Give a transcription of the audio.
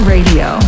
Radio